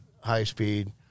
high-speed